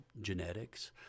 genetics